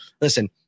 listen